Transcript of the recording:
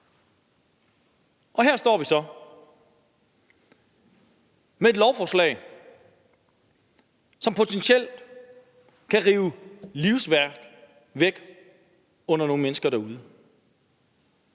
Her står vi så med et lovforslag, som potentielt kan rive livsværk væk under nogle mennesker derude.